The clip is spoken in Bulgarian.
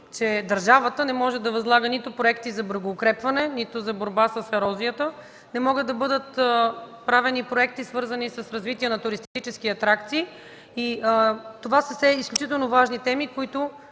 че държавата не може да възлага нито проекти за брегоукрепване, нито за борба с ерозията. Не могат да бъдат правени проекти, свързани с развитие на туристически атракции. Това са все изключително важни теми, които